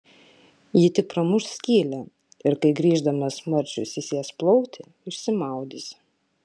ji tik pramuš skylę ir kai grįždamas marčius įsės plaukti išsimaudys